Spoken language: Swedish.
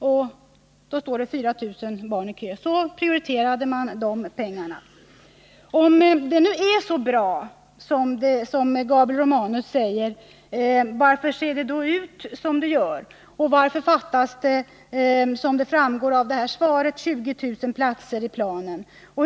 Samtidigt står det 4 000 barn i kö. Så prioriterade man det behovet. Om det nu är så bra som Gabriel Romanus säger, varför ser det då ut som det gör och varför fattas det, som framgår av svaret, 20000 platser i utbyggnadsplanen?